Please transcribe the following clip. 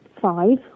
five